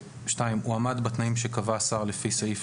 (2)הוא עומד בתנאים שקבע השר לפי סעיף